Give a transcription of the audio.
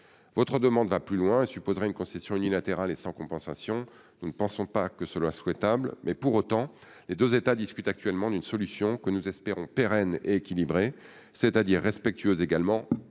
Votre demande va plus loin et supposerait une concession unilatérale et sans compensation. Nous ne pensons pas que ce soit souhaitable. Pour autant, les deux États discutent actuellement d'une solution que nous espérons pérenne et équilibrée, c'est-à-dire respectueuse également